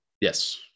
yes